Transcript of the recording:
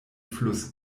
fluss